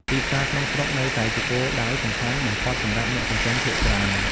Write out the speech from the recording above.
ទីផ្សារក្នុងស្រុកនៅតែជាគោលដៅសំខាន់បំផុតសម្រាប់អ្នកចិញ្ចឹមភាគច្រើន។